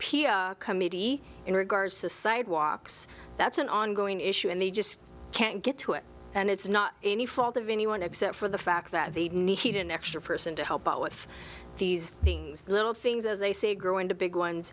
peer committee in regards to sidewalks that's an ongoing issue and they just can't get to it and it's not any fault of anyone except for the fact that they need heat in extra person to help out with these things the little things as they say grow into big ones